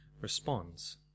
responds